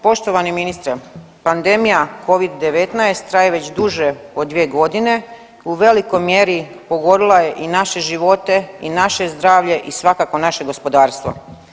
Poštovani ministre, pandemija Covid-19 traje već duže od 2 godine, u velikoj mjeri pogodila je i naše živote i naše zdravlje i svakako naše gospodarstvo.